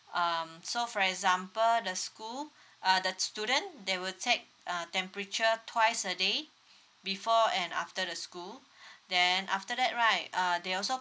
um so for example the school uh the student they will take uh temperature twice a day before and after the school then after that right uh they also